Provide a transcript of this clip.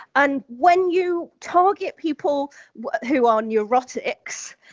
and when you target people who are neurotics,